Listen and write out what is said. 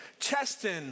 Cheston